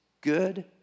good